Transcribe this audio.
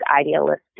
idealistic